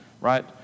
right